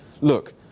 look